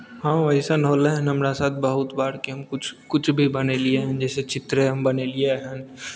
हँ वइसन होलै हन हमरा साथ बहुत बार कि हम किछु किछु भी बनेलियै हन जैसे चित्रे हम बनेलियै हन